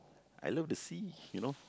I love the sea you know